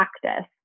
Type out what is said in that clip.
practice